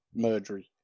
murdery